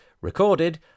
recorded